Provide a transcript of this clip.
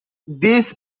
this